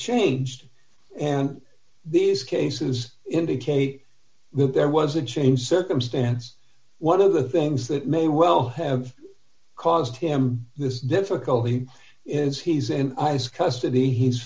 changed and these cases indicate that there was a change circumstance one of the things that may well have caused him this difficulty is he's in his custody he's